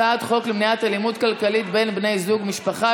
הצעת חוק למניעת אלימות כלכלית בין בני זוג ומשפחה,